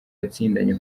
yatsindanye